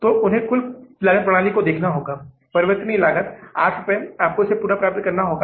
तो उन्हें कुल लागत प्रणाली को देखना होगा परिवर्तनीय लागत 8 रुपये आपको इसे पुनर्प्राप्त करना होगा